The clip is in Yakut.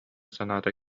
санаата